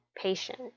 patient